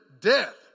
death